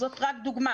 זאת רק דוגמה.